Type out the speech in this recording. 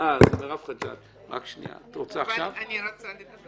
אני רוצה לדבר.